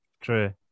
True